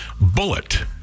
Bullet